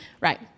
right